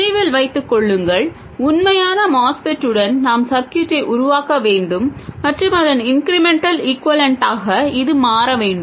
நினைவில் வைத்து கொள்ளுங்கள் உண்மையான MOSFET உடன் நாம் சர்க்யூட்டை உருவாக்க வேண்டும் மற்றும் அதன் இன்க்ரிமென்டல் ஈக்வேலன்ட்டாக இது மாற வேண்டும்